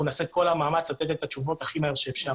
נעשה את כל המאמץ לתת את התשובות כי מהר שאפשר.